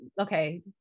Okay